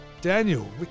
Daniel